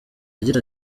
agira